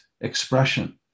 expression